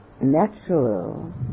natural